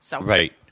right